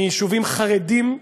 מיישובים חרדיים,